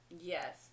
Yes